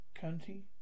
County